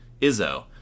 Izzo